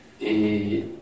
et